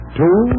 two